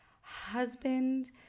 husband